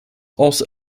also